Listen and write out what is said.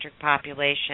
population